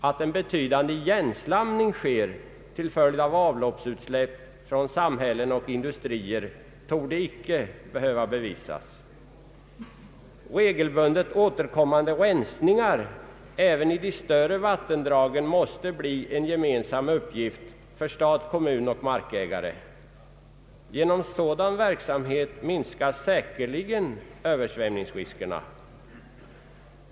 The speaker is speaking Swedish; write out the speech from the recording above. Att en betydande igenslamning sker till följd av avloppsutsläpp från samhällen och industrier torde inte behöva bevisas. Regelbundet återkommande rensningar även i de större vattendragen måste bli en gemensam uppgift för stat, kommun och markägare. Genom sådan verksamhet minskas säkerligen Ööversvämningsriskerna.